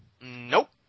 Nope